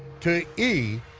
to ee,